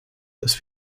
das